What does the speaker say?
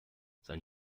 sein